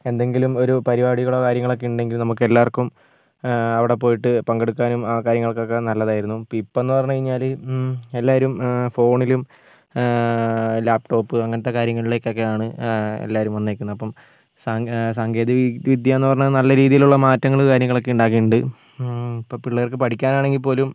എന്തെങ്കിലും ഒരു പരിപാടികളോ കാര്യങ്ങൾ ഒക്കെ ഉണ്ടെങ്കിൽ നമുക്ക് എല്ലാവർക്കും അവിടെ പോയിട്ട് പങ്കെടുക്കാനും ആ കാര്യങ്ങൾക്കൊക്കെ നല്ലതായിരുന്നു അപ്പം ഇപ്പം എന്ന് പറഞ്ഞു കഴിഞ്ഞാൽ എല്ലാവരും ഫോണിലും ലാപ്ടോപ്പ് അങ്ങനത്തെ കാര്യങ്ങളിലേക്ക് ഒക്കെ ആണ് എല്ലാവരും വന്നിരിക്കുന്നത് അപ്പം സാ സാങ്കേതിക വിദ്യ എന്ന് പറഞ്ഞാൽ നല്ല രീതിയിലുള്ള മാറ്റങ്ങൾ കാര്യങ്ങളൊക്കെ ഉണ്ടാക്കിയിട്ടുണ്ട് ഇപ്പം പിള്ളേർക്ക് പഠിക്കാനാണെങ്കിൽ പോലും